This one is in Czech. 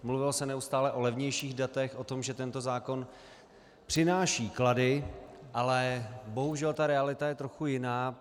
Mluvilo se neustále o levnějších datech, o tom, že tento zákon přináší klady, ale bohužel ta realita je trochu jiná.